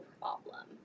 problem